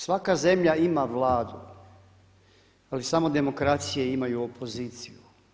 Svaka zemlja ima vladu, ali samo demokracije imaju opoziciju.